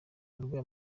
abarwayi